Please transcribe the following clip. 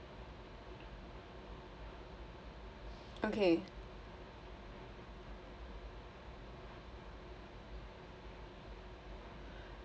okay